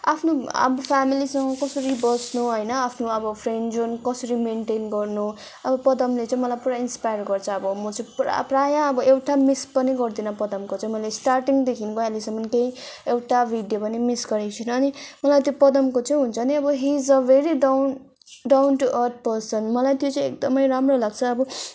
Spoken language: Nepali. आफ्नो अब फ्यामिलीसँग कसरी बस्नु होइन आफ्नो अब फ्रेन्ड जोन कसरी मेनटेन गर्नु अब पदमले चाहिँ मलाई पुरा इन्सपायर गर्छ अब म चाहिँ पुरा प्राय एउटा मिस पनि गर्दिन पदमको चाहिँ मैले स्टार्टिङदेखिको अहिलेसम्म केही एउटा भिडियो पनि मिस गरेको छुइनँ अनि मलाई त्यो पदमको चाहिँ हुन्छ नि अब he is a very down down to earth person मलाई त्यो चाहिँ एकदमै राम्रो लाग्छ अब